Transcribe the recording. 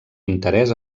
interès